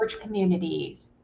communities